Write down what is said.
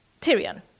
Tyrion